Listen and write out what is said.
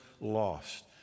lost